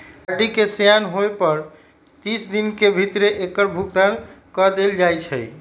RD के सेयान होय पर तीस दिन के भीतरे एकर भुगतान क देल जाइ छइ